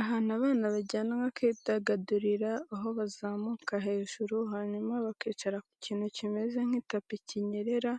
Ahantu abana bajyanwa kwidagadurira aho bazamuka hejuru hanyuma bakicara ku kintu kimeze nk'itapi kinyerera